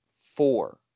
four